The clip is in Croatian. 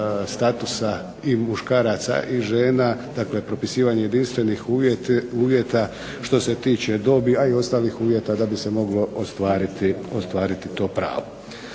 statusa i muškaraca i žena dakle propisivanje jedinstvenih uvjeta što se tiče dobi a i ostalih uvjeta da bi se moglo ostvariti to pravo.